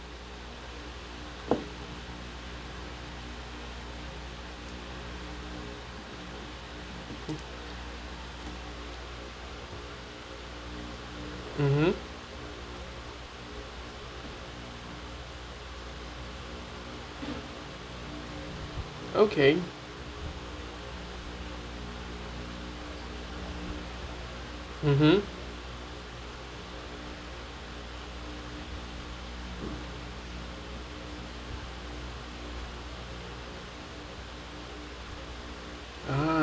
mmhmm okay mmhmm